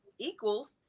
equals